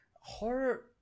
horror